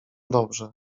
dobrze